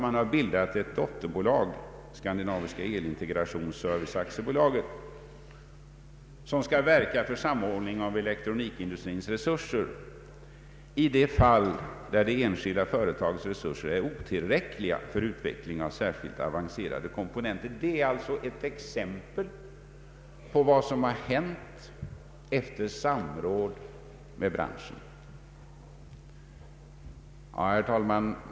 Man har bildat ett dotterbolag, Skandinaviska el-integrations service AB, som skall verka för samordning av elektronikindustrins resurser i de fall där det enskilda företagets resurser är otillräckliga för utveckling av särskilt avancerade kompeonenter. Det är alltså ett exempel på vad som hänt efter samråd med branschen. Herr talman!